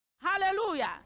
Hallelujah